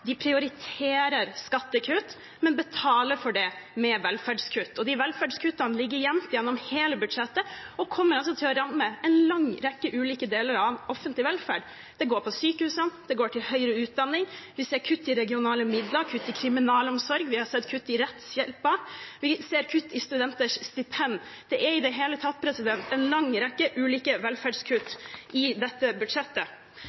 De prioriterer skattekutt, men betaler for det med velferdskutt, og de velferdskuttene ligger gjemt gjennom hele budsjettet og kommer til å ramme en lang rekke i ulike deler av offentlig velferd. Det går på sykehusene, det går på høyere utdanning, vi ser kutt i regionale midler og kutt i kriminalomsorgen, vi har sett kutt i rettshjelpen, og vi ser kutt i studenters stipend. Det er i det hele tatt en lang rekke ulike